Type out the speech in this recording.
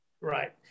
Right